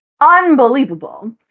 unbelievable